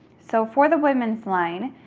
so for the women's line,